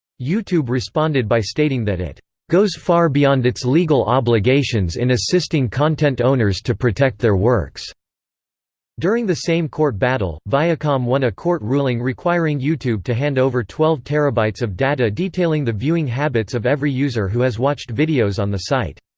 youtube responded by stating that it goes far beyond its legal obligations in assisting content owners to protect their works during the same court battle, viacom won a court ruling requiring youtube to hand over twelve terabytes of data detailing the viewing habits of every user who has watched videos on the site.